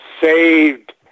saved